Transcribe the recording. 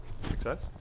Success